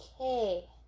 Okay